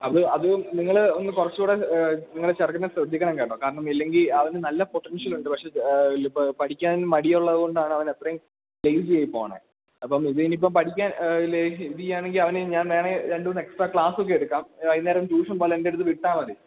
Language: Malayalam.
അത് അത് നിങ്ങളൊന്ന് കുറച്ചുകൂടെ നിങ്ങളുടെ ചെറുക്കനെ ശ്രദ്ധിക്കണം കേട്ടോ കാരണം ഇല്ലെങ്കില് അവന് നല്ല പൊട്ടൻഷ്യലുണ്ട് പക്ഷേ പഠിക്കാൻ മടിയുള്ളത് കൊണ്ടാണ് അവനത്രയും ലേസിയായിപ്പോകുന്നത് അപ്പം ഇത് ഇനിയിപ്പം പഠിക്കാൻ ഇത് ചെയ്യുകയാണെങ്കില് അവന് ഞാന് വേണമെങ്കില് രണ്ടു മൂന്ന് എക്സ്ട്ര ക്ലാസ്സൊക്കെ എടുക്കാം വൈകുന്നേരം ട്യൂഷന് പോലെ എന്റെയടുത്ത് വിട്ടാല് മതി